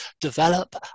develop